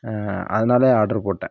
அதனாலேயே ஆடர் போட்டேன்